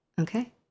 Okay